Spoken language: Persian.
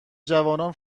جوانان